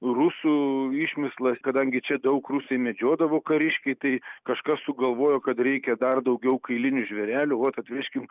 rusų išmislas kadangi čia daug rusai medžiodavo kariškiai tai kažkas sugalvojo kad reikia dar daugiau kailinių žvėrelių vat atvežkim